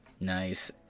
Nice